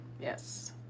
Yes